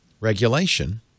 regulation